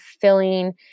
filling